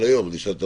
איתן,